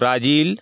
Brazil